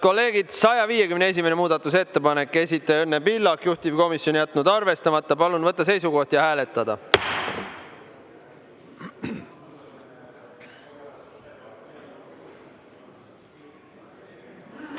kolleegid, 151. muudatusettepanek, esitaja Õnne Pillak, juhtivkomisjon on jätnud arvestamata. Palun võtta seisukoht ja hääletada!